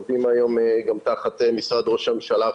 שאנחנו רואים עלייה בשימוש בחומרים ממכרים אז זה toxicity פיזי